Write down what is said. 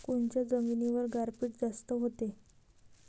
कोनच्या जमिनीवर गारपीट जास्त व्हते?